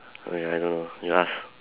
I mean I don't know you ask